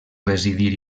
residir